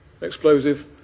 explosive